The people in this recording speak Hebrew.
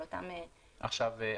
ו-(4)".